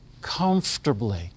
comfortably